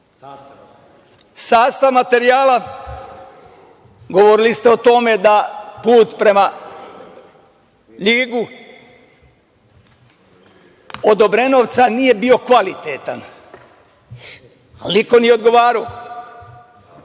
sastav materijala? Govorili ste o tome da put prema Ljigu od Obrenovca nije bio kvalitetan. Niko nije odgovarao.